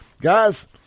Guys